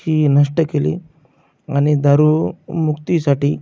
ही न्हष्ट केली आनि दारूमुक्तीसाटी